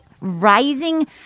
rising